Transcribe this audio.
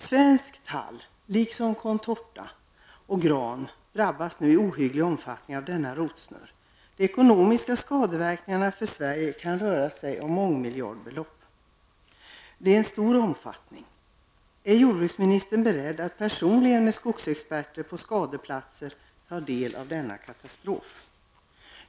Svensk tall liksom contorta och gran drabbas nu i ohygglig omfattning av denna rotsnurr. De ekonomiska skadeverkningarna för Sverige rör sig om mångmiljardbelopp. Det är en stor omfattning. Är jordbruksministern beredd att personligen med skogsexperter på skadeplatser ta del av denna katastrof?